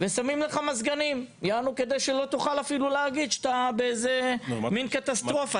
ושמים לך מזגנים כדי שלא תוכל להגיד שאתה באיזה מין קטסטרופה.